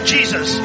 Jesus